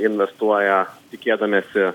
investuoja tikėdamiesi